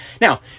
Now